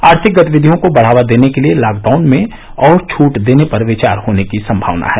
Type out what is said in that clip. आर्थिक गतिविधियों को बढ़ावा देने के लिए लॉकडाउन में और छूट देने पर विचार होने की सम्भावना है